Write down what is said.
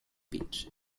beach